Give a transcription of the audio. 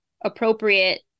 appropriate